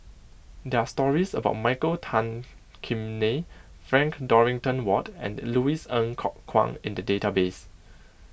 there're stories of Michael Tan Kim Nei Frank Dorrington Ward and Louis Ng Kok Kwang in the database